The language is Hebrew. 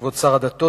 כבוד שר הדתות,